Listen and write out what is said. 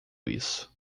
isso